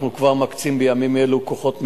אנחנו כבר מקצים בימים אלו כוחות משימה.